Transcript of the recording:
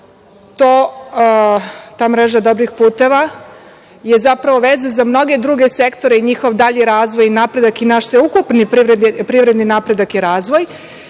Ta mreža dobrih puteva je zapravo veza za mnoge druge sektore i njihov dalji razvoj i napredak i naš sveukupni privredni napredak i razvoj,